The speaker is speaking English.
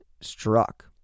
struck